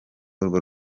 urwo